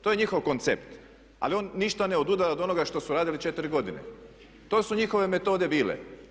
To je njihov koncept, ali on ništa ne odudara od onoga što su radili četiri godine, to su njihove metode bile.